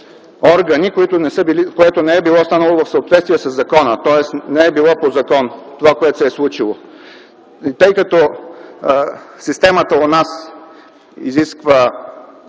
органи, което не е станало в съответствие със закона, тоест не е било по закон това, което се случило. Тъй като системата у нас изисква